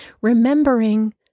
remembering